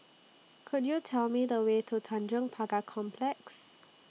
Could YOU Tell Me The Way to Tanjong Pagar Complex